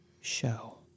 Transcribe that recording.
Show